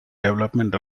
development